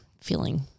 feeling